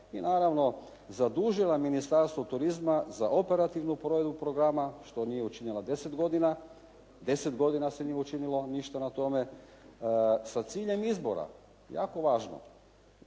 i naravno zadužila Ministarstvo turizma za operativnu provedbu programa što nije učinila deset godina, deset godina se nije učinilo ništa na tome, sa ciljem izbora, jako važno,